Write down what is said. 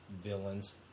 villains